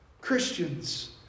Christians